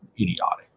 idiotic